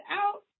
out